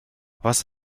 was